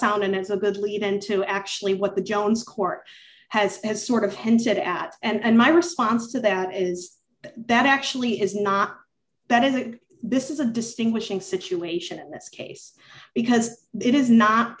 sound and it's a good lead in to actually what the jones court has has sort of hinted at and my response to that is that actually is not that i think this is a distinguishing situation this case because it is not